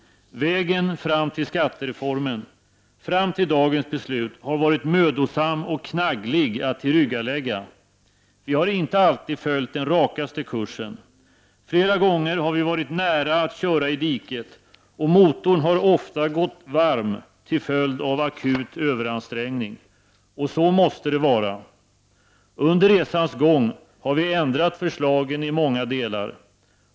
Vägen fram till skattereformen, fram till dagens beslut, har varit mödosam och knagglig att tillryggalägga. Vi har inte alltid följt den rakaste kursen. Flera gånger har vi varit nära att köra i diket. Och motorn har ofta gått varm till följd av akut överansträngning. Och så måste det vara. Under resans gång har vi ändrat förslagen i många delar.